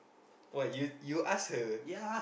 what you you ask her